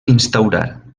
instaurar